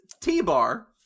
T-Bar